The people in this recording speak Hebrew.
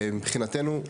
מבחינתנו,